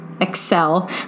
excel